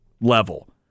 level